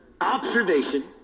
observation